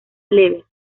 leves